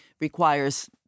requires